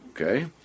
Okay